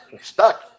stuck